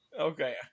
Okay